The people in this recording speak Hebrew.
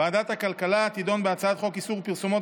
ועדת הכלכלה תדון בהצעת חוק איסור פרסומות